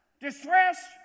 distress